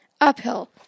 uphill